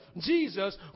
Jesus